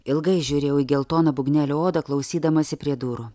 ilgai žiūrėjau į geltoną būgnelio odą klausydamasi prie durų